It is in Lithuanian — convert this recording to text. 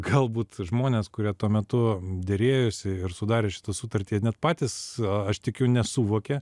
galbūt žmonės kurie tuo metu derėjosi ir sudarė šitą sutartį jie net patys aš tikiu nesuvokė